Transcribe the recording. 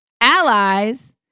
allies